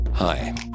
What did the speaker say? Hi